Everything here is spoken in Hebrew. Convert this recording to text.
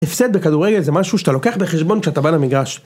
הפסד בכדורגל זה משהו שאתה לוקח בחשבון כשאתה בא למגרש.